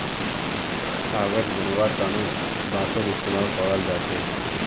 कागज बनव्वार तने बांसेर इस्तमाल कराल जा छेक